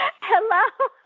Hello